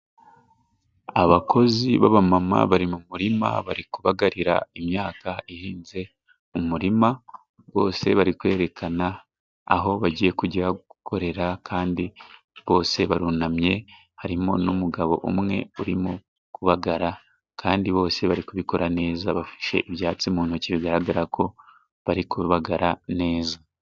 Abakozi b'abamama bari mu murima， bari kubagarira imyaka ihinze mu murima， bose bari kwerekana aho bagiye kujya gukorera， kandi bose barunamye， harimo n'umugabo umwe urimo kubagara kandi bose bari kubikora neza， bafashe ibyatsi mu ntoki bigaragara ko bari kubagara neza.